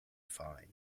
fine